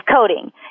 coding